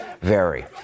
vary